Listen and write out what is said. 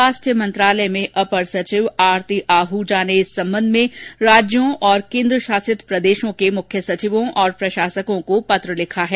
स्वास्थ्य मंत्रालय में अपर सचिव आरती आहजा ने इस संबंध में राज्यों और केन्द्रशासित प्रदेशों के मुख्य सचिवों और प्रशासकों को पत्र लिखा है